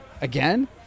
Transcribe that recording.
again